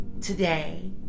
today